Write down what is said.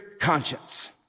conscience